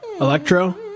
Electro